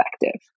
effective